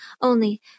Only